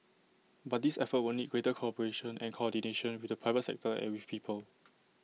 but this effort will need greater cooperation and coordination with the private sector and with people